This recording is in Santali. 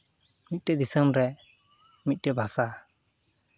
ᱢᱤᱫᱴᱮᱱ ᱫᱤᱥᱚᱢ ᱨᱮ ᱢᱤᱫᱴᱮᱱ ᱵᱷᱟᱥᱟ